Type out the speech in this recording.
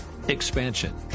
expansion